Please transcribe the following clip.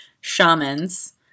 shamans